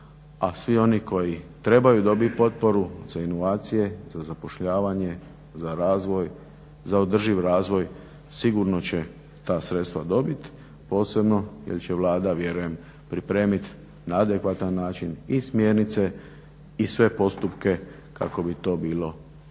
a svi oni koji trebaju dobit potporu za inovacije, za zapošljavanje, za razvoj, za održiv razvoj sigurno će ta sredstva dobit posebno jer će Vlada vjerujem pripremiti na adekvatan način i smjernice i sve postupke kako bi to bilo u